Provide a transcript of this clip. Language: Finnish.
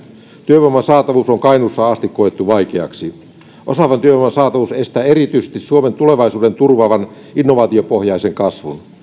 työvoiman saatavuus on kainuussa asti koettu vaikeaksi osaavan työvoiman saatavuus estää erityisesti suomen tulevaisuuden turvaavan innovaatiopohjaisen kasvun